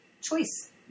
choice